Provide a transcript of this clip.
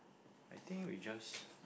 I think we just